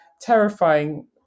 terrifying